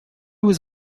was